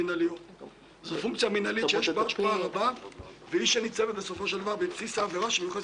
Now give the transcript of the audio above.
צורף לנו הדיון בוועדת